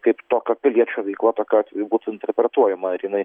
kaip tokio piliečio veikla tokiu atveju būtų interpretuojama ar jinai